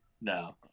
no